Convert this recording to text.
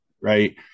right